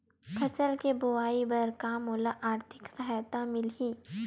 फसल के बोआई बर का मोला आर्थिक सहायता मिलही?